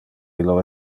illo